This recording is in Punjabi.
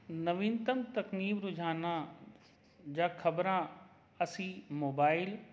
ਨਵੀਨਤਮ ਤਕਨੀਕ ਰੋਜ਼ਾਨਾ ਜਾਂ ਖਬਰਾਂ ਅਸੀਂ ਮੋਬਾਈਲ